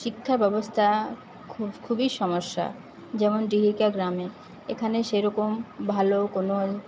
শিক্ষা ব্যবস্থা খুব খুবই সমস্যা যেমন ডিহিকা গ্রামে এখানে সেরকম ভালো কোনও